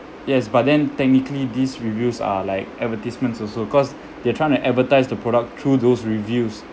yes but then technically these reviews are like advertisements also cause they try to advertise the product through those reviews